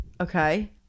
Okay